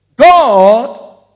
God